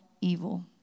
evil